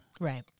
Right